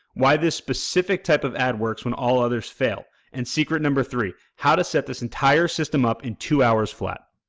why this specific type of ad works when all others fail and secret number three, how to set this entire system up in two hours flat.